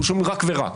אנחנו שומעים רק ורק.